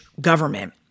government